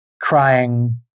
crying